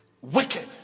wicked